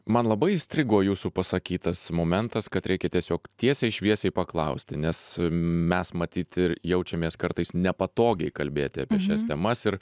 man labai įstrigo jūsų pasakytas momentas kad reikia tiesiog tiesiai šviesiai paklausti nes mes matyt ir jaučiamės kartais nepatogiai kalbėti apie šias temas ir